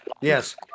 Yes